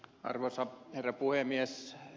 arvoisa herra puhemies